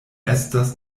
estas